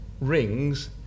rings